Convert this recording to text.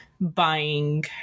buying